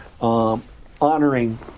honoring